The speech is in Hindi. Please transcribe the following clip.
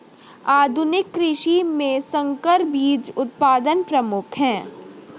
आधुनिक कृषि में संकर बीज उत्पादन प्रमुख है